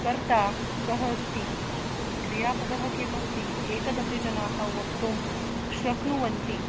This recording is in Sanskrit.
कर्ता कः अस्ति क्रियापदं किमस्ति एतदपि जनाः वक्तुं शक्नुवन्ति